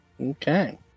Okay